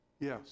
Yes